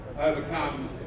overcome